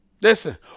Listen